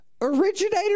originator